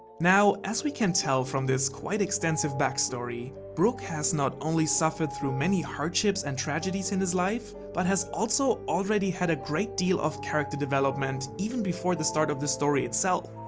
now, as we can tell from this quite extensive backstory, brook has not only suffered through many hardships and tragedies in his life but has also already had a great deal of character development even before the start of the story itself.